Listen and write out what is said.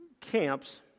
camps